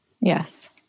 Yes